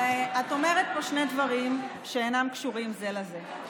את אומרת פה שני דברים שאינם קשורים זה לזה.